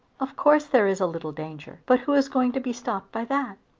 of course there is a little danger, but who is going to be stopped by that?